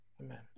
Amen